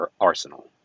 arsenal